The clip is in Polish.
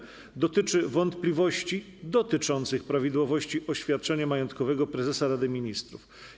Pytanie dotyczy wątpliwości dotyczących prawidłowości oświadczenia majątkowego prezesa Rady Ministrów.